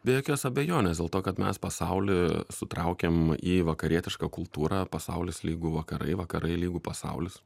be jokios abejonės dėl to kad mes pasaulį sutraukiam į vakarietišką kultūrą pasaulis lygu vakarai vakarai lygu pasaulis